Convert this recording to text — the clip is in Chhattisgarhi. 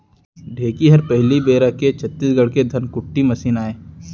ढेंकी हर पहिली बेरा के छत्तीसगढ़ के धनकुट्टी मसीन आय